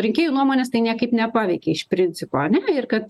rinkėjų nuomonės tai niekaip nepaveikė iš principo ane ir kad